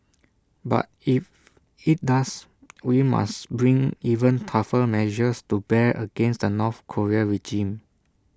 but if IT does we must bring even tougher measures to bear against the north Korean regime